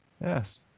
Yes